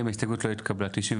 0 ההסתייגות לא התקבלה.